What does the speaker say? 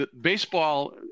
baseball